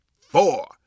four